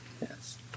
Yes